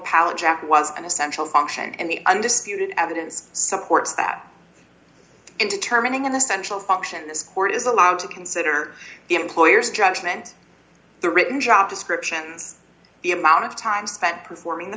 pallet jack was an essential function and the undisputed evidence supports that and determining in the central function this court is allowed to consider the employer's judgment the written job descriptions the amount of time spent performing the